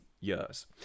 years